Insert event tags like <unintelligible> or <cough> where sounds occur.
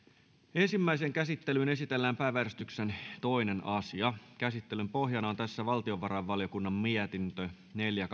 ensimmäiseen käsittelyyn esitellään päiväjärjestyksen toinen asia käsittelyn pohjana tässä on valtiovarainvaliokunnan mietintö neljä <unintelligible>